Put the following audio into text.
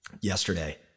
yesterday